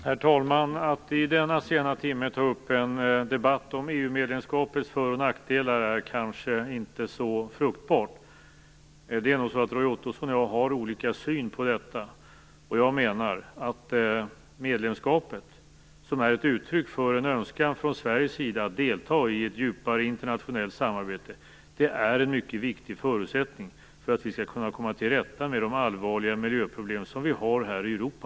Herr talman! Att i denna sena timme ta upp en debatt om EU-medlemskapets för och nackdelar är kanske inte så fruktbart. Roy Ottosson och jag har nog olika syn på detta. Jag menar att medlemskapet - som är ett uttryck för en önskan från Sveriges sida att delta i ett djupare internationellt samarbete - är en mycket viktig förutsättning för att vi skall kunna komma till rätta med de allvarliga miljöproblem som vi har här i Europa.